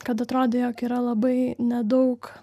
kad atrodė jog yra labai nedaug